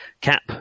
Cap